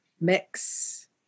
mix